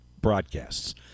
broadcasts